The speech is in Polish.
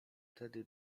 tedy